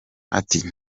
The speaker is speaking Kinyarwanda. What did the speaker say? ati